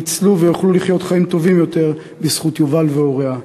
ניצלו ויוכלו לחיות חיים טובים בזכות יובל והוריה.